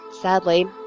Sadly